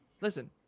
listen